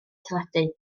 teledu